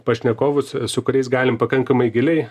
pašnekovus su kuriais galim pakankamai giliai